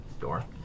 door